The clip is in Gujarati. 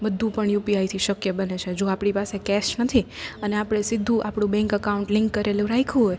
બધુ પણ યુપીઆઈથી શક્ય બને છે જો આપણી પાસે કેશ નથી અને આપણે સીધું આપણું બેન્ક અકાઉન્ટ લિન્ક કરેલું રાખ્યું હોય